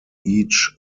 each